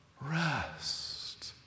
rest